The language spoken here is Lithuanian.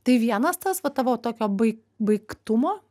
tai vienas tas va tavo tokio bai baigtumo